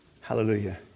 hallelujah